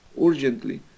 urgently